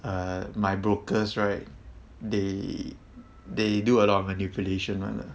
err my brokers right they they do a lot of manipulation [one]